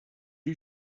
you